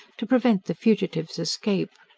to prevent the fugitive's escape.